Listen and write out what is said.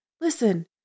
Listen